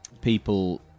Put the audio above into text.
people